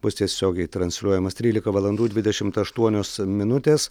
bus tiesiogiai transliuojamas trylika valandų dvidešimt aštuonios minutės